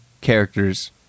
characters